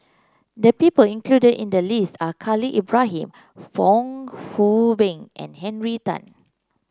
the people included in the list are Khalil Ibrahim Fong Hoe Beng and Henry Tan